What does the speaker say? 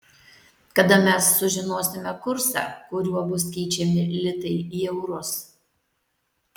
kada mes sužinosime kursą kuriuo bus keičiami litai į eurus